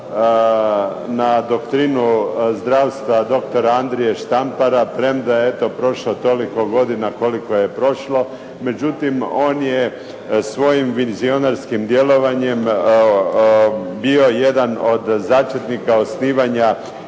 na doktrinu zdravstva doktora Andrije Štampara, premda je eto prošlo toliko godina koliko je prošlo, međutim on je svojim vizionarskim djelovanjem bio jedan od začetnika osnivanja